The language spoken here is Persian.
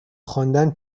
خواندن